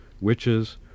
witches